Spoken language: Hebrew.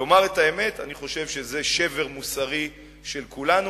לומר את האמת, אני חושב שזה שבר מוסרי של כולנו.